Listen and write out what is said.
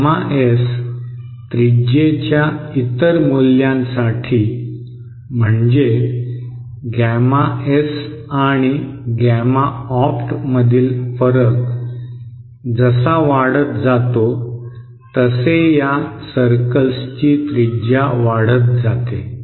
gamma S त्रिज्येच्या इतर मूल्यांसाठी म्हणजे गॅमा एस आणि गॅमा ऑप्टमधील फरक जसा वाढत जातो तसे या सर्कल्सची त्रिज्या वाढत जाते